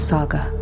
Saga